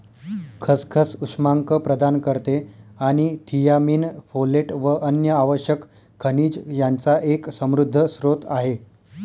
खसखस उष्मांक प्रदान करते आणि थियामीन, फोलेट व अन्य आवश्यक खनिज यांचा एक समृद्ध स्त्रोत आहे